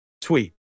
tweet